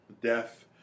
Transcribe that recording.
death